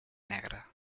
negra